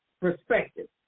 perspective